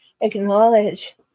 acknowledge